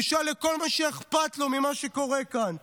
בושה לכל מי שאכפת לו ממה שקורה כאן.